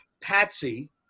Patsy